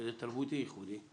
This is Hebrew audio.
שזה תרבותי ייחודי,